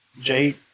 Jade